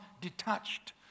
detached